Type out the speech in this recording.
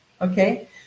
Okay